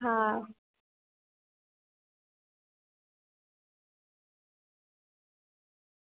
હા